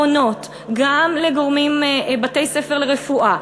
פונות גם לבתי-ספר לרפואה,